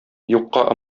юкка